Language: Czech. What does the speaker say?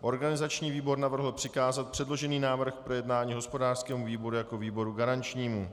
Organizační výbor navrhl přikázat předložený návrh hospodářskému výboru jako výboru garančnímu.